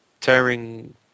tearing